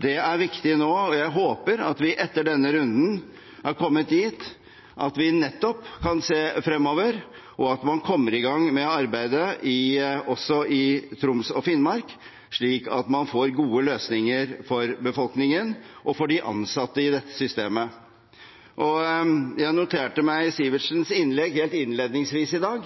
Det er viktig nå, og jeg håper at vi etter denne runden er kommet dit at vi nettopp kan se fremover, og at man kommer i gang med arbeidet også i Troms og Finnmark, slik at man får gode løsninger for befolkningen og for de ansatte i dette systemet. Jeg noterte meg representanten Sivertsens innlegg helt innledningsvis i dag,